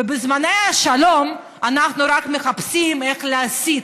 ובזמני השלום אנחנו רק מחפשים איך להסית